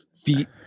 feet